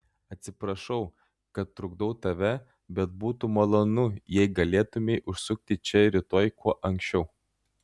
atsiprašau kad trukdau tave bet būtų malonu jei galėtumei užsukti čia rytoj kuo anksčiau